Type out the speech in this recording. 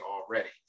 already